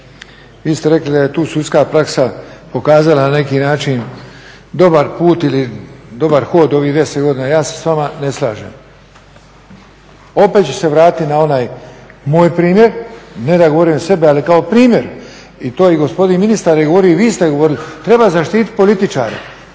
vi ste rekli da je tu sudska praksa pokazala na neki način dobar put ili dobar hod ovih 10 godina, ja se s vama ne slažem. Opet ću se vratiti na onaj moj primjer, ne da govorim o sebi ali kao primjer i to je i gospodin ministar i govorio i vi ste govorili, treba zaštiti političare